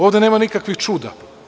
Ovde nema nikakvih čuda.